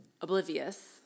oblivious